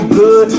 good